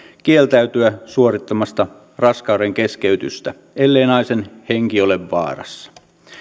kieltäytyä suorittamasta raskaudenkeskeytystä ellei naisen henki ole vaarassa